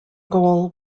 goal